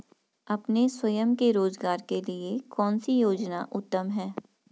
अपने स्वयं के रोज़गार के लिए कौनसी योजना उत्तम है?